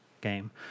game